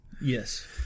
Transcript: yes